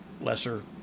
lesser